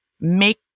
make